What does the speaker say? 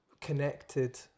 connected